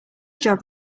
job